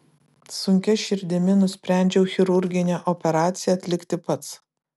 sunkia širdimi nusprendžiau chirurginę operaciją atlikti pats